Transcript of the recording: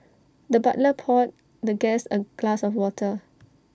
the butler poured the guest A glass of water